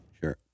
Sure